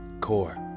core